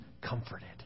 comforted